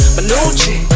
Manucci